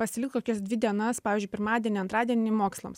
pasilikt kokias dvi dienas pavyzdžiui pirmadienį antradienį mokslams